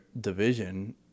division